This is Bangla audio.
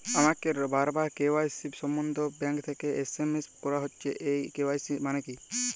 আমাকে বারবার কে.ওয়াই.সি সম্বন্ধে ব্যাংক থেকে এস.এম.এস করা হচ্ছে এই কে.ওয়াই.সি মানে কী?